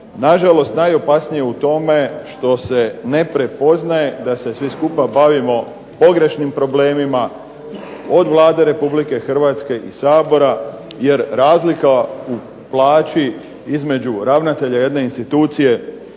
Nažalost, najveća opasnost u tome je što se ne prepoznaje da se svi skupa bavimo pogrešnim problemima od Vlada Republike Hrvatske i Sabora jer razlika u plaći između ravnatelja jedne institucije